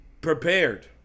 prepared